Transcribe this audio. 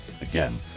Again